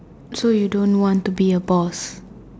so you don't want to be a boss